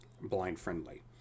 blind-friendly